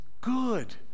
good